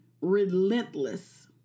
relentless